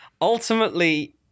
Ultimately